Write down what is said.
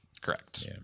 Correct